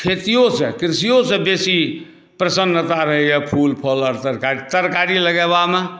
खेतिओसँ कृषियोसँ बेसी प्रसन्नता रहै अइ फूल फल आओर तरकारी तरकारी लगेबामे